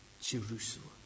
Jerusalem